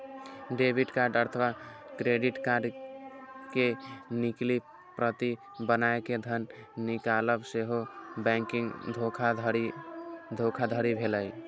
debit card अथवा credit card के नकली प्रति बनाय कें धन निकालब सेहो बैंकिंग धोखाधड़ी भेलै